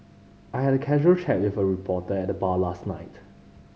I had a casual chat with a reporter at the bar last night